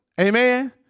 Amen